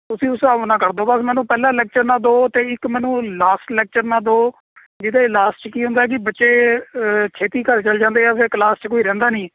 ਤੁਸੀਂ ਉਸ ਹਿਸਾਬ ਨਾਲ ਕਰ ਦਿਉ ਭਾਵੇਂ ਮੈਨੂੰ ਪਹਿਲਾ ਲੈਕਚਰ ਨਾ ਦਿਉ ਅਤੇ ਇੱਕ ਮੈਨੂੰ ਲਾਸਟ ਲੈਕਚਰ ਨਾ ਦਿਉ ਜਿਹਦੇ ਲਾਸਟ 'ਚ ਕੀ ਹੁੰਦਾ ਹੈ ਕਿ ਬੱਚੇ ਛੇਤੀ ਘਰ ਚਲੇ ਜਾਂਦੇ ਆ ਫਿਰ ਕਲਾਸ 'ਚ ਕੋਈ ਰਹਿੰਦਾ ਨਹੀਂ